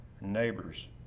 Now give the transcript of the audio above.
neighbors